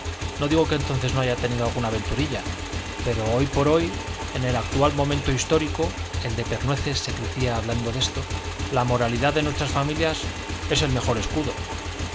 no digo que entonces no haya tenido alguna aventurilla pero hoy por hoy en el actual momento histórico el de pernueces se crecía hablando de esto la moralidad de nuestras familias es el mejor escudo